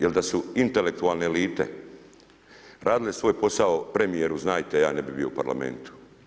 Jer da su intelektualne elite radile svoj posao, premjeru znajte, ja ne bi bio u Parlamentu.